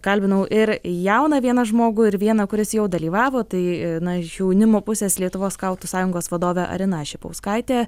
kalbinau ir jauną vieną žmogų ir vieną kuris jau dalyvavo tai na iš jaunimo pusės lietuvos skautų sąjungos vadovė arina šipauskaitė